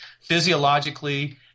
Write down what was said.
physiologically